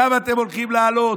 כמה אתם הולכים להעלות?